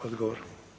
Odgovor.